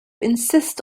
insist